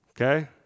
Okay